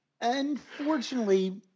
unfortunately